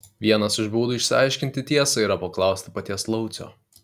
vienas iš būdų išsiaiškinti tiesą yra paklausti paties laucio